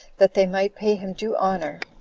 that they might pay him due honor,